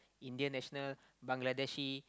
Indian national Bangladeshi